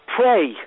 pray